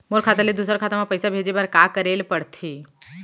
मोर खाता ले दूसर के खाता म पइसा भेजे बर का करेल पढ़थे?